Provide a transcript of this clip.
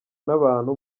n’abantu